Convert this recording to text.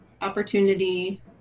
opportunity